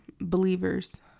believers